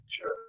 Sure